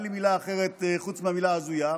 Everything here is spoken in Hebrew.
ואין לי מילה אחרת חוץ מהמילה "הזויה",